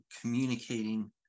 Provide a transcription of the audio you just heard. communicating